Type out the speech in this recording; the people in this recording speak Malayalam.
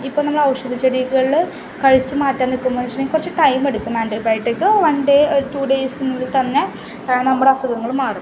ഇപ്പം നമ്മളൗഷധച്ചെടികൾ കഴിച്ചു മാറ്റാൻ നിൽക്കുന്നു വെച്ചിട്ടുണ്ടെങ്കിൽ കുറച്ചു ടൈമെടുക്കും ആൻ്റിബയോട്ടിക്ക് വൺ ഡേ ഒരു ടു ഡേയ്സും തന്നെ നമ്മുടസുഖങ്ങളും മാറും